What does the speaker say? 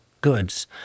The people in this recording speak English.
goods